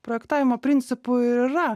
projektavimo principų ir yra